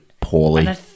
poorly